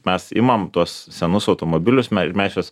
mes imam tuos senus automobilius ir mes juos